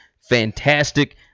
Fantastic